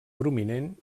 prominent